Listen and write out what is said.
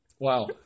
Wow